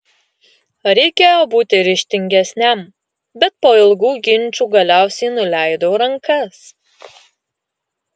reikėjo būti ryžtingesniam bet po ilgų ginčų galiausiai nuleidau rankas